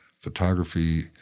photography